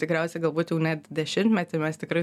tikriausiai galbūt jau net dešimtmetį mes tikrai